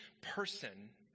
person